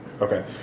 okay